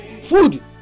Food